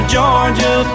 Georgia